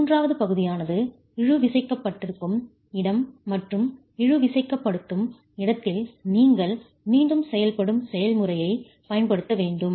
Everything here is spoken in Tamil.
மூன்றாவது பகுதியானது இழு விசைகட்டுப்படுத்தும் இடம் மற்றும் இழு விசைகட்டுப்படுத்தும் இடத்தில் நீங்கள் மீண்டும் செயல்படும் செயல்முறையைப் பயன்படுத்த வேண்டும்